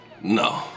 No